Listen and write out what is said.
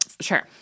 sure